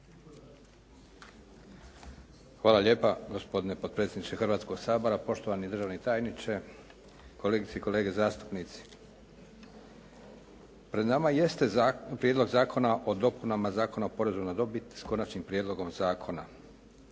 Hvala lijepa gospodine potpredsjedniče Hrvatskoga sabora, poštovani državni tajniče, kolegice i kolege zastupnici. Pred nama jeste Prijedlog zakona o dopunama Zakona o porezu na dobit s Konačnim prijedlogom zakona.